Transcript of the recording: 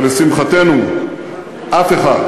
ולשמחתנו אף אחד,